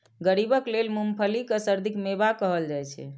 गरीबक लेल मूंगफली कें सर्दीक मेवा कहल जाइ छै